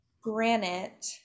granite